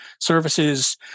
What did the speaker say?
services